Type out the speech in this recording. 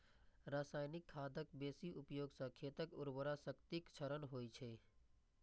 रासायनिक खादक बेसी उपयोग सं खेतक उर्वरा शक्तिक क्षरण होइ छै